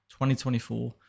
2024